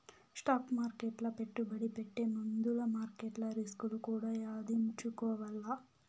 stock మార్కెట్ల పెట్టుబడి పెట్టే ముందుల మార్కెట్ల రిస్కులు కూడా యాదించుకోవాల్ల